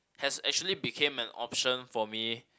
has actually became an option for me